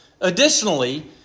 Additionally